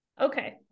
Okay